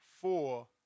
four